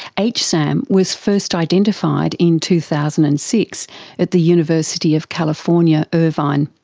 hsam was first identified in two thousand and six at the university of california irvine.